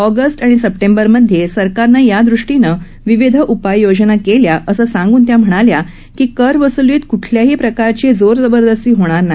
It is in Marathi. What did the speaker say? ऑगस्ट आणि सप्टेंबरमधे सरकारनं यादृष्टीनं विविध उपाययोजना केल्या असं सांगून त्या म्हणाल्या की करवसुलीत कोणत्याही प्रकारची जोरजबरदस्ती होणार नाही